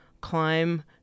climb